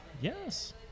Yes